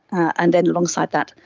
and then alongside that,